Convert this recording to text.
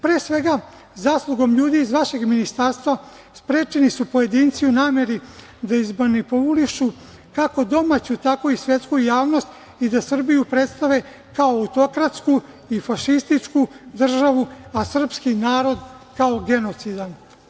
Pre svega zaslugom ljudi iz vašeg ministarstva sprečeni su pojedinci u nameri da izmanipulišu kako domaću, tako i svetsku javnost i da Srbiju predstave kao autokratsku i fašističku državu, a srpski narod kao genocidan.